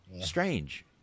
Strange